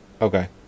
Okay